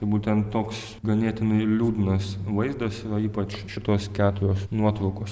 tai būtent toks ganėtinai liūdnas vaizdas yra ypač šitos keturios nuotraukos